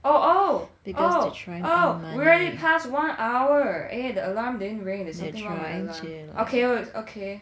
oh oh oh oh we're already passed one hour eh the alarm didn't ring there's something wrong lah okay okay